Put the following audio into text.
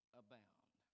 abound